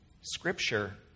Scripture